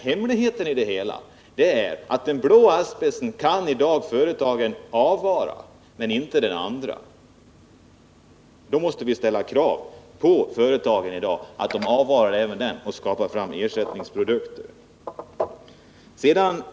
Hemligheten är att den blå asbesten kan företagen i dag avvara men inte den andra. Då måste vi ställa krav på företagen i dag att de avvarar även den och skapar ersättningsprodukter.